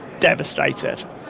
devastated